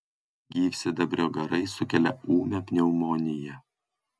gyvsidabrio garai sukelia ūmią pneumoniją